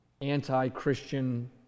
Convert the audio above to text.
anti-Christian